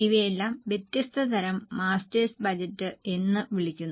ഇവയെല്ലാം വ്യത്യസ്ത തരം മാസ്റ്റേഴ്സ് ബജറ്റ് എന്ന് വിളിക്കുന്നു